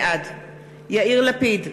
בעד יאיר לפיד,